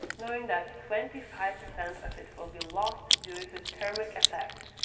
knowing that twenty five percent of it will be lost due to thermic effects,